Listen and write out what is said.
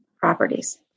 properties